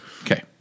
Okay